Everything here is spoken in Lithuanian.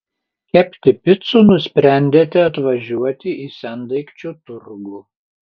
kepti picų nusprendėte atvažiuoti į sendaikčių turgų